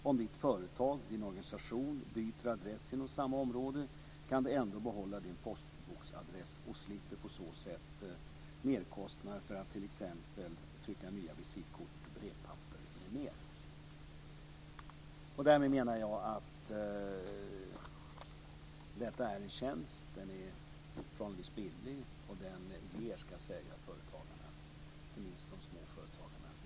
Om ett företag eller en organisation byter adress inom samma område kan man ändå behålla sin postboxadress och slipper på så sätt merkostnader för att t.ex. Därmed menar jag att detta är en tjänst som är förhållandevis billig och som ger företagarna, inte minst småföretagarna, utomordentligt god service.